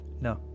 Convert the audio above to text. No